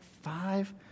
five